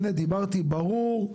הנה דיברתי ברור,